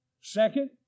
Second